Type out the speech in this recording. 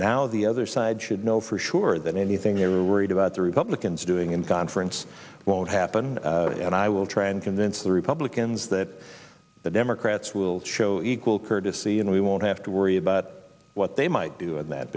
now the other side should know for sure that anything they're worried about the republicans doing in conference won't happen and i will try and convince the republicans that the democrats will show equal courtesy and we won't have to worry about what they might do in that